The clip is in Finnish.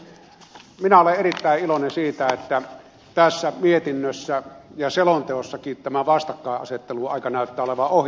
minä olen erittäin iloinen siitä että tässä mietinnössä ja selonteossakin tämä vastakkaisasettelun aika näyttää olevan ohi